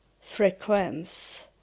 frequency